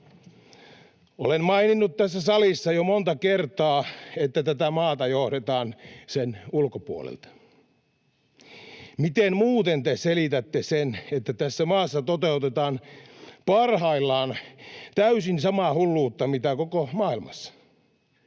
Olen maininnut tässä salissa jo monta kertaa, että tätä maata johdetaan sen ulkopuolelta. Miten muuten te selitätte sen, että tässä maassa toteutetaan parhaillaan täysin samaa hulluutta kuin mitä koko maailmassa?